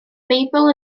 beibl